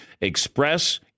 Express